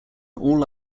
all